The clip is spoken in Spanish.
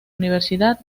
universidad